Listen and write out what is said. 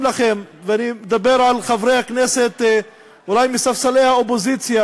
לכם ואני מדבר אולי על חברי הכנסת מספסלי האופוזיציה,